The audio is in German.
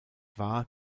war